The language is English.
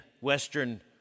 Western